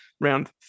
round